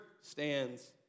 stands